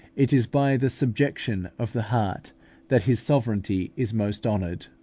it is by the subjection of the heart that his sovereignty is most honoured.